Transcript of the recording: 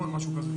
משהו כזה.